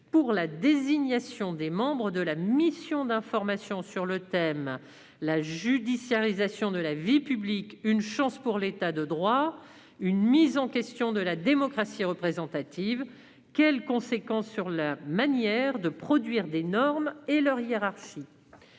pour la désignation des membres de la mission d'information sur le thème « La judiciarisation de la vie publique : une chance pour l'État de droit ? Une mise en question de la démocratie représentative ? Quelles conséquences sur la manière de produire des normes et leur hiérarchie ?»